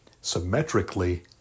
symmetrically